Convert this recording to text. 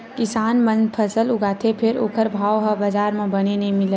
किसान मन फसल उगाथे फेर ओखर भाव ह बजार म बने नइ मिलय